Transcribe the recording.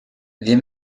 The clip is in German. wir